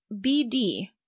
BD